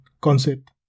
concept